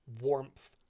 warmth